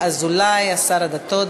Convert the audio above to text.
המדינה, ואנחנו צריכים להצביע.